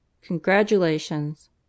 congratulations